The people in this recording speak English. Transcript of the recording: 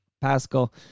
Pascal